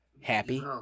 Happy